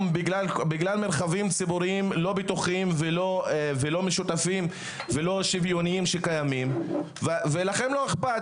בגלל מרחבים ציבוריים לא בטוחים ולא שוויוניים ולכם לא אכפת?